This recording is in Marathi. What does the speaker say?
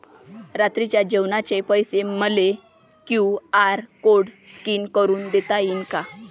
रात्रीच्या जेवणाचे पैसे मले क्यू.आर कोड स्कॅन करून देता येईन का?